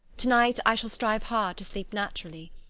to-night i shall strive hard to sleep naturally.